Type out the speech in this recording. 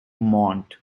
monte